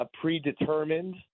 predetermined